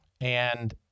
And-